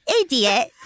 idiot